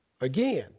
Again